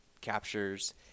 captures